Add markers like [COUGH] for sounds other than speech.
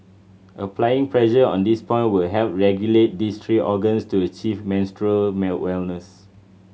applying pressure on this point will help regulate these three organs to achieve menstrual [UNINTELLIGIBLE] wellness